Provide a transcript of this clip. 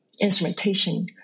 instrumentation